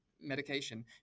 medication